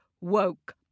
woke